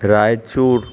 Raichur